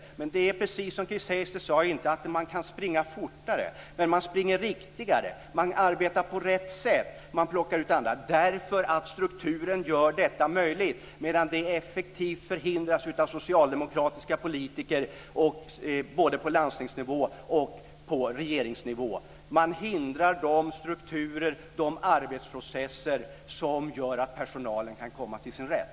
Det är precis som Chris Heister sade: Man kan inte springa fortare, men man springer riktigare. Man arbetar på rätt sätt därför att strukturen gör det möjligt, medan detta effektivt förhindras av socialdemokratiska politiker både på landstingsnivå och på regeringsnivå. Man hindrar de strukturer och arbetsprocesser som gör att personalen kan komma till sin rätt.